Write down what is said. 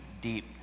deep